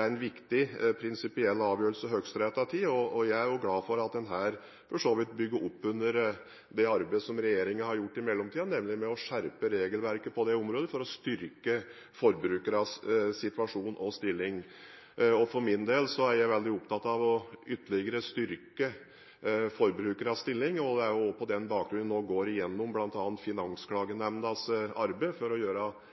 er en viktig prinsipiell avgjørelse Høyesterett har tatt, og jeg er glad for at den for så vidt bygger opp under det arbeidet som regjeringen har gjort i mellomtiden, nemlig å skjerpe regelverket på det området for å styrke forbrukernes situasjon og stilling. For min del er jeg veldig opptatt av ytterligere å styrke forbrukernes stilling. På den bakgrunn går en nå igjennom bl.a. Finansklagenemndas arbeid, for å gjøre